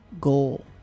goal